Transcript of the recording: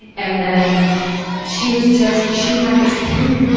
and then she was just. she had this thing